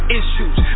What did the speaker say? issues